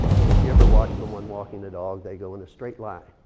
and if you ever watch the one walking the dog, they go in a straight line.